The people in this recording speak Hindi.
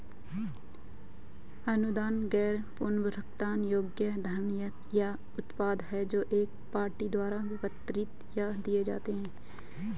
अनुदान गैर पुनर्भुगतान योग्य धन या उत्पाद हैं जो एक पार्टी द्वारा वितरित या दिए जाते हैं